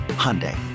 Hyundai